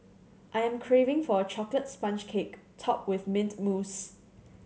I am craving for a chocolate sponge cake topped with mint mousse